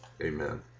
amen